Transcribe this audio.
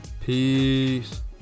Peace